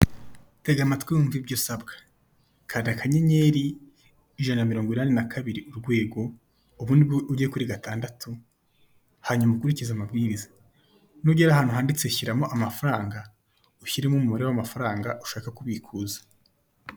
Tega amatwi wumve ibyo usabwa, kanda akanyenyer, ijana na mirongo inani na kabiri urwego, ubundi bwo ujye kuri gatandatu, hanyuma ukurikize amabwiriza, nugera ahantu handitse shyiramo amafaranga, ushyiremo umubare w'amafaranga ushaka kubikuza.